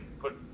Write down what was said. put